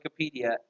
Wikipedia